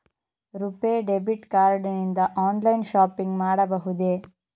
RuPay debit card ನಿಂದ online shopping ಮಾಡಬಹುದೇ?